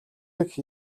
дэх